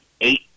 eight